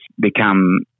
become